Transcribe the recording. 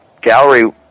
gallery